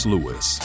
Lewis